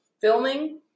filming